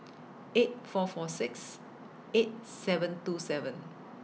eight four four six eight seven two seven